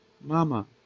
Mama